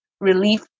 relief